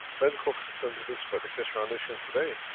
medical systems released by the keshe foundation today,